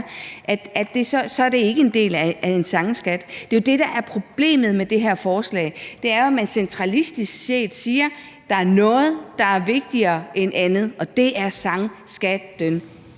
kan være – ikke er en del af en sangskat? Det er det, der er problemet med det her forslag: Man siger centralistisk set, at der er noget, der er vigtigere end andet. Og det er sangskatten.